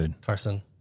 Carson